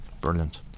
Brilliant